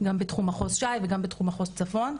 גם בתחום מחוז ש"י וגם בתחום מחוז צפון,